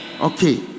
okay